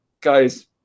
guys